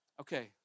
Okay